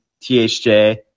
THJ